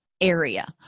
area